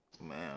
Man